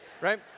right